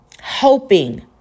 Hoping